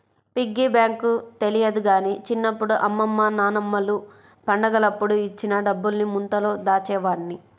piggy bank తెలియదు గానీ చిన్నప్పుడు అమ్మమ్మ నాన్నమ్మలు పండగలప్పుడు ఇచ్చిన డబ్బుల్ని ముంతలో దాచేవాడ్ని